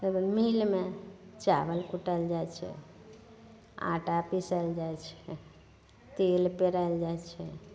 एगो मिलमे चावल कुटल जाइ छै आटा पिसल जाइ छै अह तेल पेराएल जाइ छै